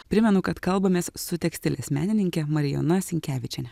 primenu kad kalbamės su tekstilės menininke marijona sinkevičiene